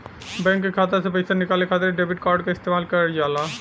bank के खाता से पइसा निकाले खातिर डेबिट कार्ड क इस्तेमाल करल जाला